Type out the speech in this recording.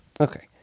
Okay